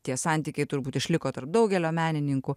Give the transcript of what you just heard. tie santykiai turbūt išliko tarp daugelio menininkų